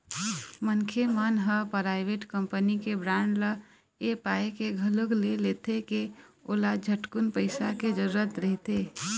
मनखे मन ह पराइवेट कंपनी के बांड ल ऐ पाय के घलोक ले लेथे के ओला झटकुन पइसा के जरूरत रहिथे